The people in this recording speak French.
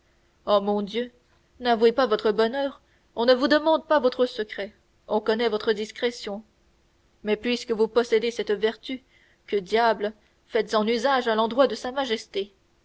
oh mon dieu n'avouez pas votre bonheur on ne vous demande pas votre secret on connaît votre discrétion mais puisque vous possédez cette vertu que diable faites-en usage à l'endroit de sa majesté